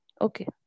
Okay